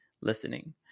listening